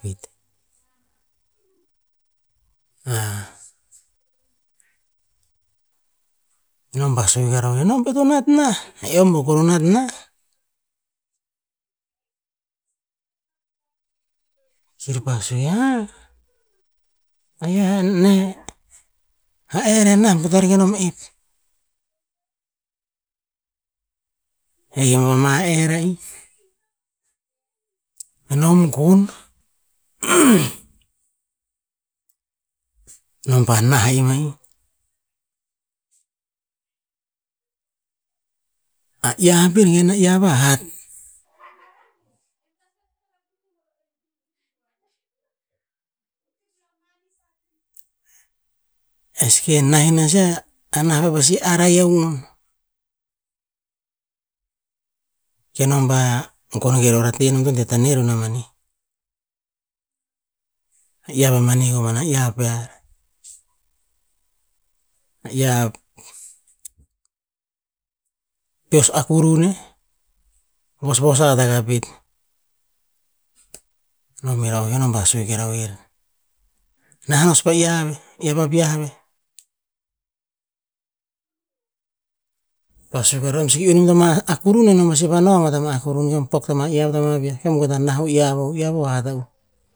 Peet. nom pa sue ke ra oer, "nom bete nat nah, eom ba kor o nat nah." Kir pa sue, "a, a'i neh, a err re nah butar kenom ip", heh en pa ma err a ip, kenom gon, nom pa nah en a'ih va'i. A iyav pir gen a iyav a hat, e seke nah nosia, a nah peh pasi arai ea u nom. Kenom ba gon ke ra oen nom to deh taneh roh ma mani, iyav a mani koman a iyav pear, a iyav peos akurun eh vosvos a hata kah pet. Nom heh ra oer nom pa sue kera oer, nah nos pa iyav e, iyav a viah veh. Pa sue be raus ea nom nama, a kurum nenom a siva no pa ma akurum nom pasi vanau ama akurum keom pok tam iyav tama viah beom gueta nah o iyah a'uh, o iyav hat a'uh.